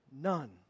none